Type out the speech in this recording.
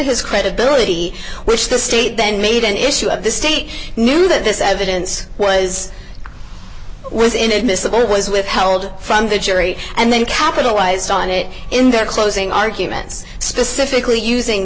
his credibility which the state then made an issue of the state knew that this evidence was was inadmissible was withheld from the jury and then capitalized on it in their closing arguments specifically using